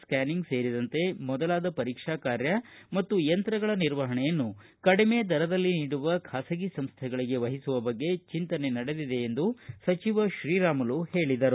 ಸ್ಕ್ ನಿಂಗ್ ಸೇರಿದಂತೆ ಮೊದಲಾದ ಪರೀಕ್ಷೆಯ ಕಾರ್ಯ ಮತ್ತು ಯಂತ್ರಗಳ ನಿರ್ವಹಣೆಯನ್ನು ಕಡಿಮೆ ದರದಲ್ಲಿ ನೀಡುವ ಖಾಸಗಿ ಸಂಸ್ಟೆಗಳಿಗೆ ವಹಿಸುವ ಬಗ್ಗೆ ಚಿಂತನೆ ನಡೆದಿದೆ ಎಂದು ಸಚಿವ ಶ್ರೀರಾಮುಲು ಹೇಳಿದರು